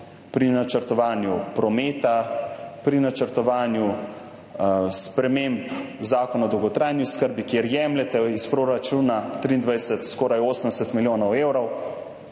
pri načrtovanju prometa, pri načrtovanju sprememb Zakona o dolgotrajni oskrbi, kjer jemljete iz proračuna 2023 skoraj 80 milijonov evrov,